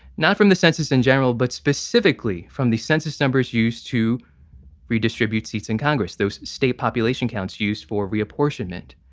not from the census in general, but specifically from the census numbers used to redistribute seats in congress, those state population counts used for reapportionment.